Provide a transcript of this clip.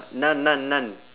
noun noun noun